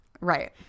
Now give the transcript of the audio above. Right